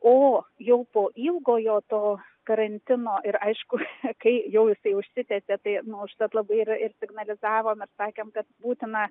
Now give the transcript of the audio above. o jau po ilgojo to karantino ir aišku kai jau jisai užsitęsė tai nu užtat yra ir signalizavom ir sakėm kad būtina